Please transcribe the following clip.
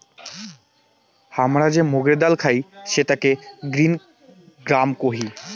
হামরা যে মুগের ডাল খাই সেটাকে গ্রিন গ্রাম কোহি